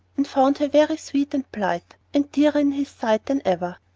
and found her very sweet and blithe, and dearer in his sight than ever.